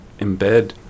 embed